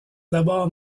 d’abord